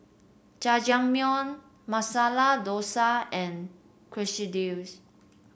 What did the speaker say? Jajangmyeon Masala Dosa and Quesadillas